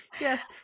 Yes